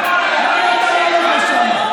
למה אתה לא הולך לשם?